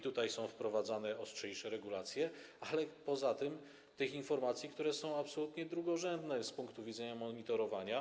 Tutaj są wprowadzane ostrzejsze regulacje, ale poza tym są informacje, które są absolutnie drugorzędne z punktu widzenia monitorowania.